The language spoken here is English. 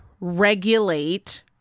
regulate